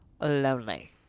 lonely